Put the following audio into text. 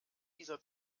dieser